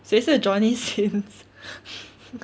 谁是 johnny sins